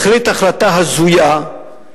החליט החלטה הזויה,